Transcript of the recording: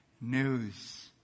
news